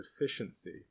efficiency